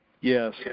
Yes